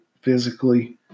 physically